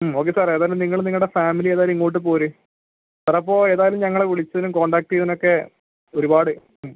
okay sir ഏതായാലും നിങ്ങളും നിങ്ങളുടെ ഫാമിലി എല്ലാവരും ഇങ്ങോട്ട് പോര് സാർ അപ്പോൾ ഏതായാലും ഞങ്ങളെ വിളിച്ചതിനും കോൺടാക്ട് ചെയ്തതിനൊക്കെ ഒരുപാട് ഉം